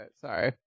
sorry